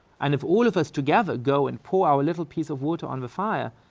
and if all of us together go and pour our little piece of water on the fire,